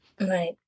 Right